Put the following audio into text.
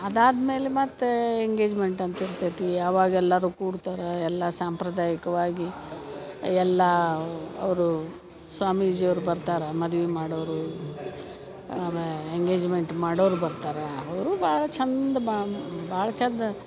ಅದಾದ್ಮೇಲೆ ಮತ್ತು ಎಂಗೇಜ್ಮೆಂಟ್ ಅಂತ ಇರ್ತೈತಿ ಯಾವಾಗ ಎಲ್ಲರೂ ಕೂಡ್ತರೆ ಎಲ್ಲ ಸಾಂಪ್ರದಾಯಿಕವಾಗಿ ಎಲ್ಲ ಅವರು ಸ್ವಾಮೀಜಿ ಅವ್ರು ಬರ್ತಾರೆ ಮದ್ವೆ ಮಾಡೋವ್ರು ಆಮೇ ಎಂಗೇಜ್ಮೆಂಟ್ ಮಾಡೋರು ಬರ್ತಾರೆ ಅವರು ಭಾಳ ಚಂದ ಭಾಳ ಚಂದ